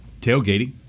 Tailgating